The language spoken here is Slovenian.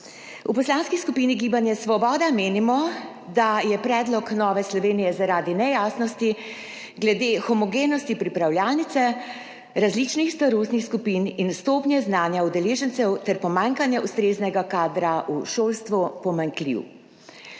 V Poslanski skupini Gibanje svoboda menimo, da je predlog Nove Slovenije zaradi nejasnosti glede homogenosti pripravljalnice različnih starostnih skupin in stopnje znanja udeležencev ter pomanjkanja ustreznega kadra v šolstvu pomanjkljiv.